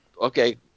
okay